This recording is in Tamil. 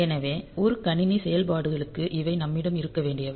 எனவே ஒரு கணினி செயல்பாடுகளுக்கு இவை நம்மிடம் இருக்க வேண்டியவை